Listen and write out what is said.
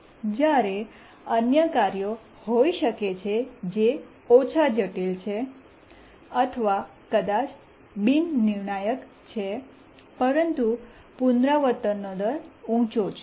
જ્યારે અન્ય કાર્યો હોઈ શકે છે જે ઓછા જટિલ છે અથવા કદાચ બિન નિર્ણાયક છે પરંતુ પુનરાવર્તનનો દર ઊંચો છે